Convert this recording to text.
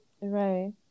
Right